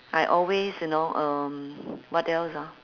I always you know uh what else ah